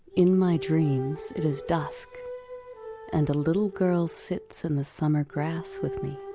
in my dreams it is dusk and a little girl sits in the summer grass with me.